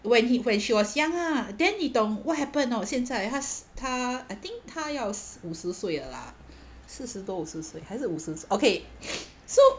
when he when she was young lah then 你懂 what happened know 她现在她她 I think 她要五十岁了 lah 四十多五十岁还是五十 okay so